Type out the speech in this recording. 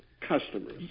customers